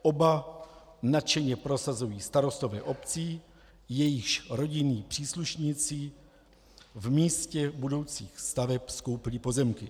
Oba nadšeně prosazují starostové obcí, jejichž rodinní příslušníci v místě budoucích staveb skoupili pozemky.